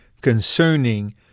concerning